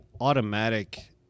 automatic